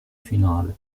finale